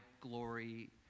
glory